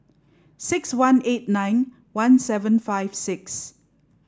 six one eight nine one seven five six